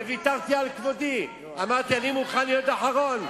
וויתרתי על כבודי, אמרתי: אני מוכן להיות אחרון.